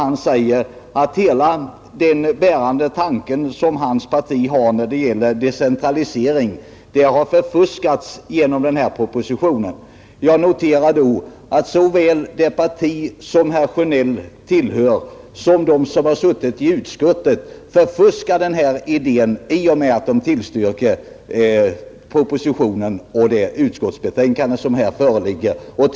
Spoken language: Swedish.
Han säger att hans partis bärande tanke när det gäller decentraliseringen har förfuskats genom den här propositionen. Jag noterar då att hans partis representanter i utskottet förfuskar den här idén genom att tillstyrka propositionen och ställa sig bakom utskottsbetänkandet.